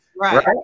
right